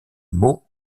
meaux